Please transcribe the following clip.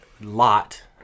Lot